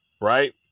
Right